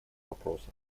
вопросов